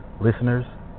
Listeners